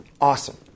Awesome